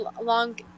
long